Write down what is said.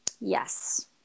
yes